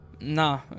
Nah